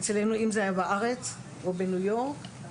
אם זה היה בארץ, או בניו יורק,